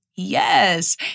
yes